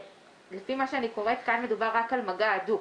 (לפי מה שאני קוראת, כאן מדובר רק על מגע הדוק,